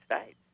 States